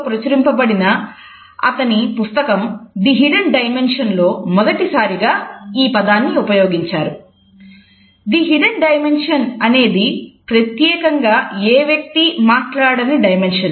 proxemics